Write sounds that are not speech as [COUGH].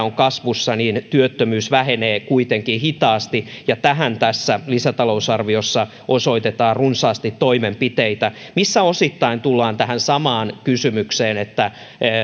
[UNINTELLIGIBLE] on kasvussa niin työttömyys vähenee kuitenkin hitaasti ja tähän tässä lisätalousarviossa osoitetaan runsaasti toimenpiteitä missä osittain tullaan tähän samaan kysymykseen että